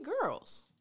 girls